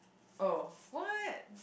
oh what